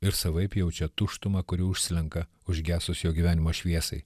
ir savaip jaučia tuštumą kuri užslenka užgesus jo gyvenimo šviesai